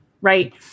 right